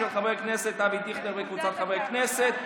של חבר הכנסת אבי דיכטר וקבוצת חברי הכנסת.